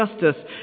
justice